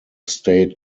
state